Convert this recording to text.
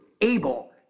able